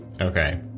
Okay